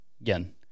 Again